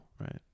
right